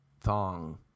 Thong